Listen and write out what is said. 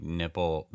nipple